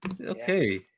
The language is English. okay